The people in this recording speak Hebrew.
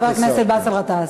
חבר הכנסת באסל גטאס.